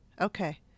Okay